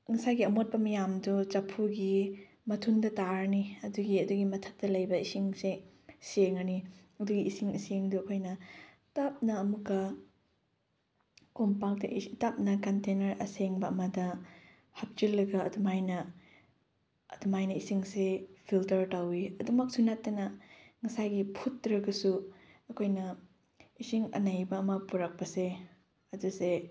ꯉꯁꯥꯏꯒꯤ ꯑꯃꯣꯠꯄ ꯃꯌꯥꯝꯗꯨ ꯆꯐꯨꯒꯤ ꯃꯊꯨꯟꯗ ꯇꯥꯔꯅꯤ ꯑꯗꯨꯒꯤ ꯑꯗꯨꯒꯤ ꯃꯊꯛꯇ ꯂꯩꯕ ꯏꯁꯤꯡꯁꯦ ꯁꯦꯡꯉꯅꯤ ꯑꯗꯨꯒꯤ ꯏꯁꯤꯡ ꯑꯁꯦꯡꯕꯗꯨ ꯑꯩꯈꯣꯏꯅ ꯇꯞꯅ ꯑꯃꯨꯛꯀ ꯀꯣꯝꯄꯥꯛꯇ ꯇꯞꯅ ꯀꯟꯇꯦꯅꯔ ꯑꯁꯦꯡꯕ ꯑꯃꯗ ꯍꯥꯞꯆꯤꯜꯂꯒ ꯑꯗꯨꯃꯥꯏꯅ ꯑꯗꯨꯃꯥꯏꯅ ꯏꯁꯤꯡꯁꯦ ꯐꯤꯜꯇꯔ ꯇꯧꯋꯤ ꯑꯗꯨꯃꯛꯁꯨ ꯅꯠꯇꯅ ꯉꯁꯥꯏꯒꯤ ꯐꯨꯠꯇ꯭ꯔꯒꯁꯨ ꯑꯩꯈꯣꯏꯅ ꯏꯁꯤꯡ ꯑꯅꯩꯕ ꯑꯃ ꯄꯨꯔꯛꯄꯁꯦ ꯑꯗꯨꯁꯦ